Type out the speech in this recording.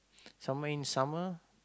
somewhere in summer